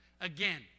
Again